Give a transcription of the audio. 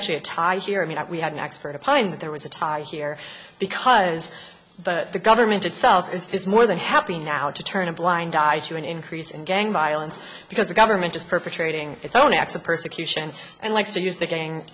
actually a tie here i mean we had an expert a pine that there was a tie here because but the government itself is more than happy now to turn a blind eye to an increase in gang violence because the government is perpetrating its own acts of persecution and likes to use the gang